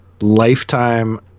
lifetime